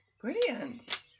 Brilliant